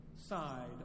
side